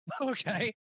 Okay